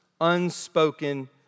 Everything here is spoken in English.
unspoken